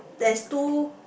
there's two